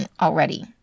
already